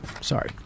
Sorry